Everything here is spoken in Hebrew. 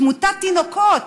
תמותת תינוקות